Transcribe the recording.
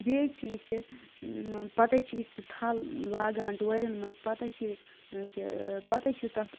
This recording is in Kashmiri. بیٚیہِ حظ چھ یس یہ پتے چھ یُس یہ تھل لاگان ڈورنۍ منز پتے چھ کہ پتے چھ تتھ